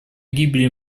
гибели